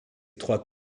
trois